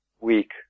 week